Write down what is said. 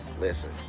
listen